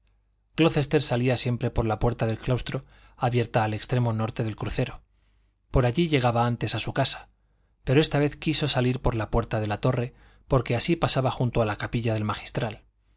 gallinas glocester salía siempre por la puerta del claustro abierta al extremo norte del crucero por allí llegaba antes a su casa pero esta vez quiso salir por la puerta de la torre porque así pasaba junto a la capilla del magistral